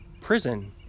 prison